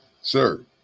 Sir